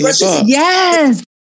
Yes